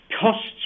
costs